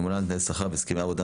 ממונה על תנאי שכר והסכמי עבודה,